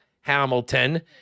Hamilton